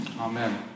Amen